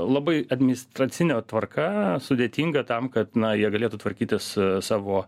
labai administracine tvarka sudėtinga tam kad na jie galėtų tvarkytis savo